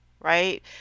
Right